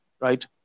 right